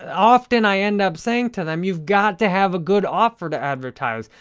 often i end up saying to them, you've got to have a good offer to advertise.